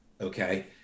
okay